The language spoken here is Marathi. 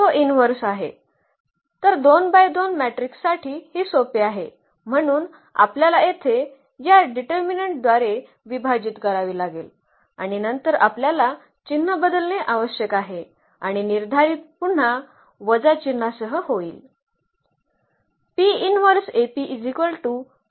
तर 2 बाय 2 मॅट्रिक्ससाठी हे सोपे आहे म्हणून आपल्याला येथे या डिटर्मिनन्टद्वारे विभाजित करावे लागेल आणि नंतर आपल्याला चिन्ह बदलणे आवश्यक आहे आणि निर्धारित पुन्हा वजा चिन्हासह होईल